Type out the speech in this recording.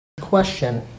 question